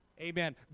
Amen